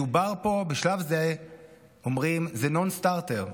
מדובר פה, בשלב זה אומרים, זה non starter,